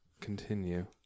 continue